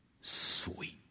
sweet